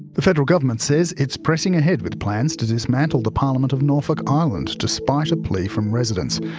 the federal government says it's pressing ahead with plans to dismantle the parliament of norfolk island, despite a plea from residents.